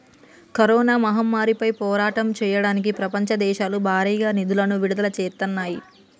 corona మహమ్మారిపై పోరాటం చెయ్యడానికి ప్రపంచ దేశాలు భారీగా నిధులను విడుదల చేత్తన్నాయి